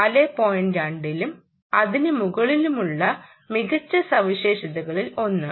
2 ലും അതിനുമുകളിലുമുള്ള മികച്ച സവിശേഷതകളിൽ ഒന്ന്